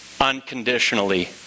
unconditionally